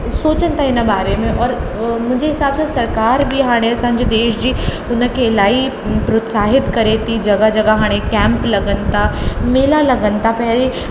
सोचनि था हिन बारे में औरि मुंहिंजे हिसाब सां सरकार बि हाणे असांजे देश जी हुन खे इलाही प्रोत्साहित करे थी जॻह जॻह हाणे कैंप लॻनि था मेला लॻनि था पेहले